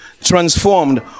Transformed